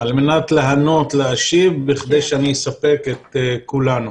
על מנת להשיב בכדי שאני אספק את כולנו.